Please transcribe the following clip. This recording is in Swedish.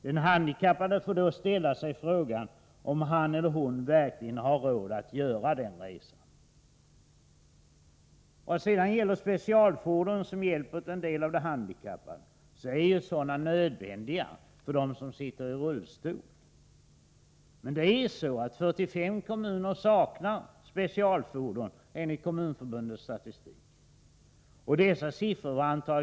Den handikappade får ställa sig frågan, om han eller hon verkligen har råd att göra den resan. Vad sedan gäller specialfordon som hjälp åt en del av de handikappade är ju sådana fordon nödvändiga för dem som sitter i rullstol. Men enligt Kommunförbundets statistik saknar 45 kommuner specialfordon. Antalet sådana kommuner borde dock ha varit 0!